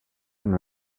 and